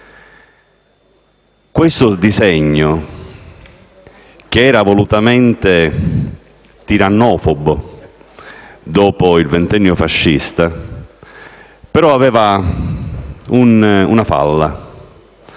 Questo disegno, che era volutamente tirannofobo dopo il Ventennio fascista, aveva però una falla